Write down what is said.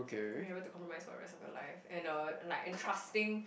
being able to compromise for the rest of your life and uh and like entrusting